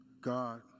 God